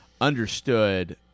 understood